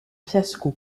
fiasco